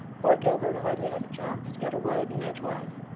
poor gilbert hardly had a chance to get a word in edgewise.